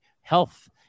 health